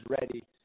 ready